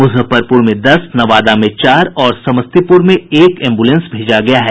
मुजफ्फरपुर में दस नवादा में चार और समस्तीपुर में एक एम्ब्रलेंस भेजा गया है